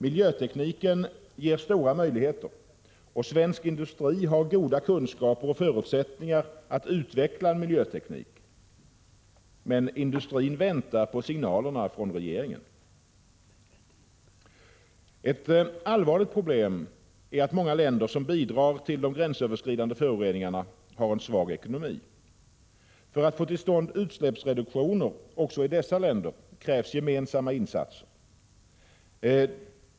Miljötekniken ger stora möjligheter, och svensk industri har goda kunskaper och förutsättningar att utveckla en miljöteknik. Men industrin väntar på signalerna från regeringen. Ett allvarligt problem är att många länder som bidrar till de gränsöverskridande föroreningarna har en svag ekonomi. För att få till stånd utsläppsreduktioner också i dessa länder krävs gemensamma insatser.